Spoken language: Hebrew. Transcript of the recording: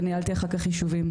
וניהלתי אחר כך יישובים,